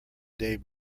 day